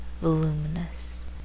Voluminous